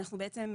אנחנו בעצם,